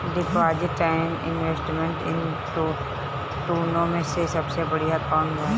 Deposit and investment इन दुनो मे से सबसे बड़िया कौन बा?